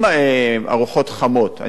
אני לא אומר שכולם מקבלים תלושים.